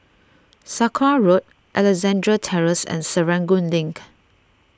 Sakra Road Alexandra Terrace and Serangoon Link